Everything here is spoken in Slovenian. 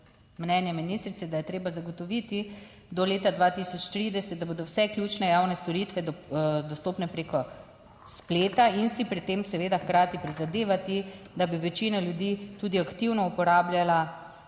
mnenjem ministrice, da je treba zagotoviti do leta 2030, da bodo vse ključne javne storitve dostopne preko spleta in si pri tem seveda hkrati prizadevati, da bi večina ljudi tudi aktivno uporabljala